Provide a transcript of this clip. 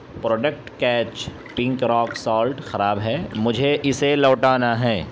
product کیچ pink rock salt خراب ہے مجھے اسے لوٹانا ہیں